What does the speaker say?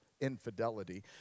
infidelity